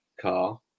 car